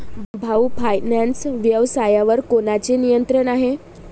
भाऊ फायनान्स व्यवसायावर कोणाचे नियंत्रण आहे?